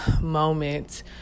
moment